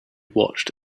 watched